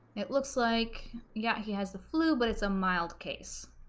it looks like yeah he has the flu but it's a mild case